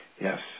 Yes